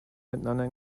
miteinander